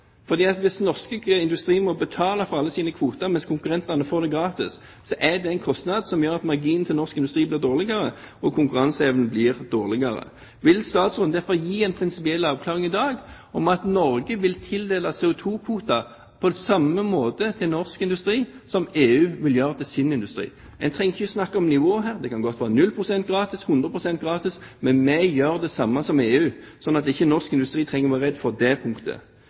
hvis norsk industri må betale for alle sine kvoter mens konkurrentene får dem gratis, er det en kostnad som gjør at norsk industris margin blir dårligere, og at konkurranseevnen blir dårligere. Vil statsråden derfor gi en prinsipiell avklaring i dag om at Norge vil tildele CO2-kvoter på samme måte til norsk industri som EU vil gjøre til sin industri? Man trenger ikke snakke om nivå her. Det kan godt være 0 pst. gratis eller 100 pst. gratis, men at vi gjør det samme som EU, slik at ikke norsk industri trenger å være redd for dette punktet. Det andre punktet